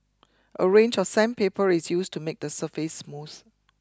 a range of sandpaper is used to make the surface smooth